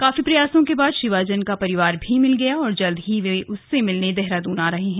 काफी प्रयासों के बाद शीवाजन का परिवार भी मिल गया और जल्द ही वे उससे मिलने देहरादून आ रहे हैं